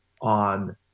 on